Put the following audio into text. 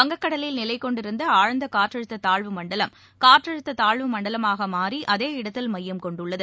வங்கக்கடலில் நிலைக் கொண்டிருந்தஆழ்ந்தகாற்றழுத்ததாழ்வு மண்டலம் காற்றழுத்ததாழ்வு மண்டலமாகமாறிஅதே இடத்தில் மையம் கொண்டுள்ளது